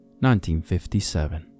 1957